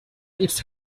its